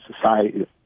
society